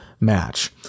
match